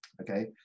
okay